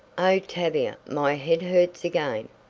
oh, tavia. my head hurts again!